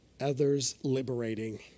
others-liberating